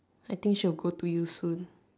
I think she will go to you soon